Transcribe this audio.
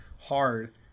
hard